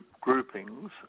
groupings